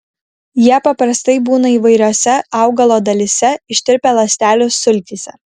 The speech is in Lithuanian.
jie paprastai būna įvairiose augalo dalyse ištirpę ląstelių sultyse